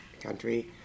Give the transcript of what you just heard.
country